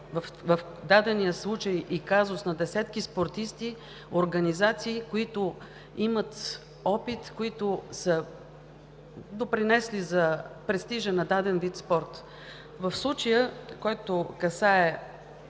в дадения случай и казус, спортисти, организации, които имат опит и са допринесли за престижа на даден вид спорт; случаят, който касае